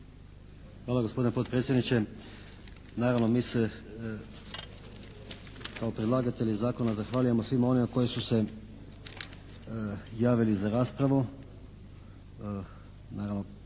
Hvala gospodine potpredsjedniče. Naravno mi se kao predlagatelji zakona zahvaljujemo svima onima koji su se javili za raspravu.